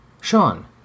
Sean